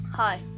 Hi